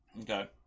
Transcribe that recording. okay